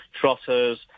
trotters